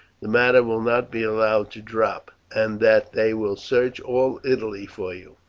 the matter will not be allowed to drop, and that they will search all italy for you.